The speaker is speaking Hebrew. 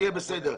יהיה בסדר?